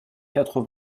quatre